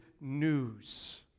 news